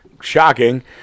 Shocking